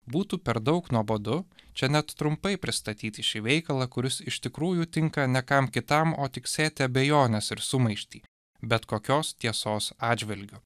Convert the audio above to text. būtų per daug nuobodu čia net trumpai pristatyti šį veikalą kuris iš tikrųjų tinka ne kam kitam o tik sėt abejones ir sumaištį bet kokios tiesos atžvilgiu